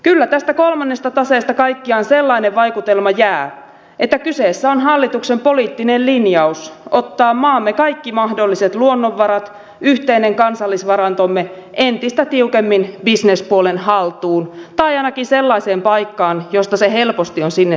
kyllä tästä kolmannesta taseesta kaikkiaan sellainen vaikutelma jää että kyseessä on hallituksen poliittinen linjaus ottaa maamme kaikki mahdolliset luonnonvarat yhteinen kansallisvarantomme entistä tiukemmin bisnespuolen haltuun tai ainakin sellaiseen paikkaan josta se helposti on sinne siirrettävissä